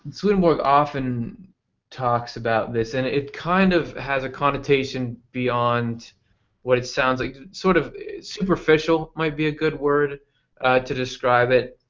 swedenborg often talks about this and it kind of has a connotation beyond what it sounds like. sort of superficial might be a good word to describe it.